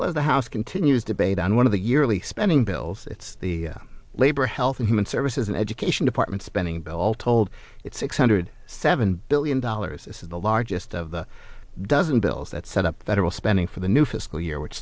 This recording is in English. well the house continues debate on one of the yearly spending bills it's the labor health and human services and education department spending bill told its six hundred seven billion dollars is the largest of the dozen bills that set up that all spending for the new fiscal year which